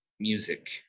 music